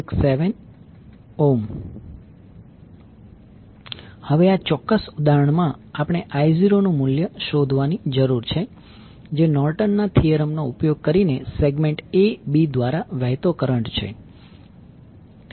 667 હવે આ ચોક્કસ ઉદાહરણ માં આપણે I0નું મૂલ્ય શોધવાની જરૂર છે જે નોર્ટન ના થીયરમ નો ઉપયોગ કરીને સેગમેન્ટ a b દ્વારા વહેતો કરંટ છે